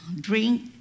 drink